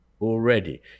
already